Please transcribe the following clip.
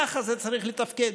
ככה זה צריך לתפקד.